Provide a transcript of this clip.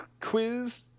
quiz